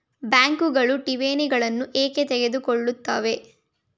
ಬ್ಯಾಂಕುಗಳು ಠೇವಣಿಗಳನ್ನು ಏಕೆ ತೆಗೆದುಕೊಳ್ಳುತ್ತವೆ?